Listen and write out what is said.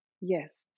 Yes